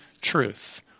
truth